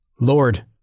Lord